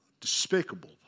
Despicable